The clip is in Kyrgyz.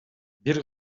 бир